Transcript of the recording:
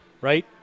right